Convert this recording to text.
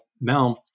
Now